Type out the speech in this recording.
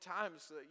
times